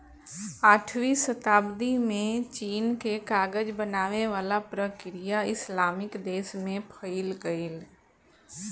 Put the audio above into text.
आठवीं सताब्दी में चीन के कागज बनावे वाला प्रक्रिया इस्लामिक देश में फईल गईल